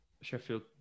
Sheffield